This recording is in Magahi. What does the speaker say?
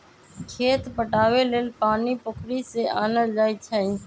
खेत पटाबे लेल पानी पोखरि से आनल जाई छै